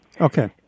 Okay